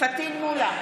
פטין מולא,